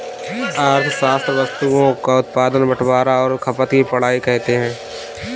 अर्थशास्त्र वस्तुओं का उत्पादन बटवारां और खपत की पढ़ाई को कहते हैं